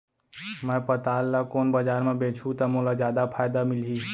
मैं पताल ल कोन बजार म बेचहुँ त मोला जादा फायदा मिलही?